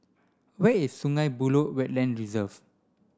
where is Sungei Buloh Wetland Reserve